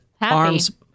arms-